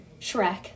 Shrek